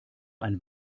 ein